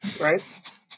right